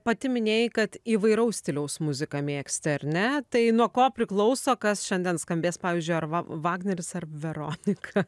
pati minėjai kad įvairaus stiliaus muziką mėgsti ar ne tai nuo ko priklauso kas šiandien skambės pavyzdžiui ar va vagneris ar veronika